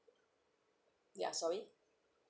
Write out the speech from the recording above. ya sorry